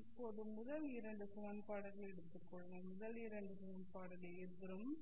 இப்போது முதல் இரண்டு சமன்பாடுகளை எடுத்துக் கொள்ளுங்கள் முதல் இரண்டு சமன்பாடுகளில் இருபுறமும்